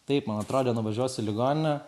taip man atrodė nuvažiuosiu į ligoninę